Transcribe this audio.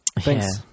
thanks